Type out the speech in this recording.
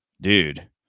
dude